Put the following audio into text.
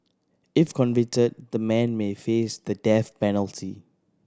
if convicted the men may face the death penalty